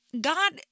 God